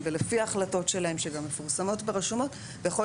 ולפי ההחלטות שלהם שגם מפורסמות ברשויות ויכול